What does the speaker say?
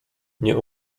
nie